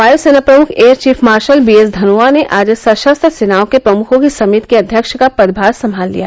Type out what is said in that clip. वायुसेना प्रमुख air chief marshal B S Dhanoa ने आज सशस्त्र सेनाओं के प्रमुखों की समिति के अध्यक्ष का पदभार संभाल लिया